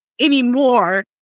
anymore